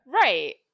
right